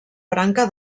branca